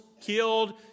killed